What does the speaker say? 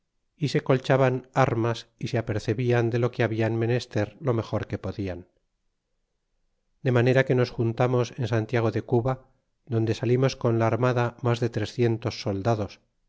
y se colchaban armas y se apercebian de lo que habian menester lo mejor que podian de manera que nos juntamos en santiago de cuba donde salirnos con la armada mas de trescientos soldados